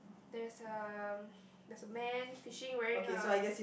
there's a there's a man fishing wearing a